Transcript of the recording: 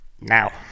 now